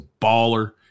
baller